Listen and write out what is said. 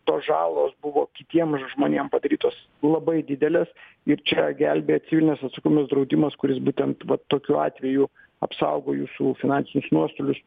tos žalos buvo kitiem žmonėm padarytos labai didelės ir čia gelbėja civilinės atsakomybės draudimas kuris būtent va tokiu atveju apsaugo jūsų finansinius nuostolius